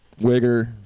wigger